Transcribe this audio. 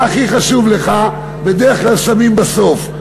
מה הכי חשוב לך, בדרך כלל שמים בסוף.